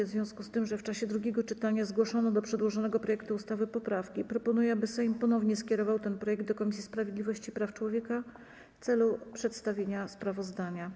W związku z tym, że w czasie drugiego czytania zgłoszono do przedłożonego projektu ustawy poprawki, proponuję, aby Sejm ponownie skierował ten projekt do Komisji Sprawiedliwości i Praw Człowieka w celu przedstawienia sprawozdania.